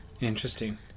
Interesting